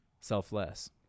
selfless